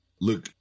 look